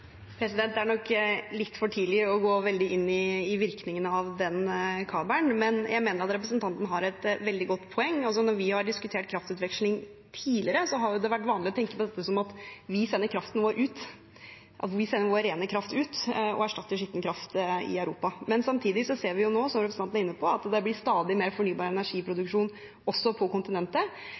Det er nok litt for tidlig å gå veldig inn i virkningene av den kabelen, men jeg mener at representanten har et veldig godt poeng. Når vi har diskutert kraftutveksling tidligere, har det vært vanlig å tenke på dette som at vi sender vår rene kraft ut og erstatter skitten kraft i Europa. Men som representanten er inne på, ser vi samtidig at det blir stadig mer fornybar energiproduksjon også på kontinentet,